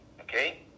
okay